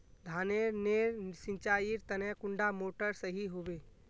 धानेर नेर सिंचाईर तने कुंडा मोटर सही होबे?